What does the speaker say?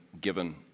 given